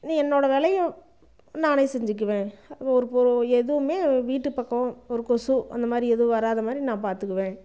நீ என்னோட வேலையும் நானே செஞ்சுக்குவேன் ஒரு பொரு எதுவுமே வீட்டு பக்கம் ஒரு கொசு அந்த மாதிரி எதுவும் வரதா மாதிரி நான் பார்த்துக்குவேன்